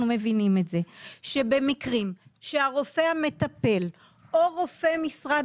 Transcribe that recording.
מבינים את זה שבמקרים שהרופא המטפל או רופא משרד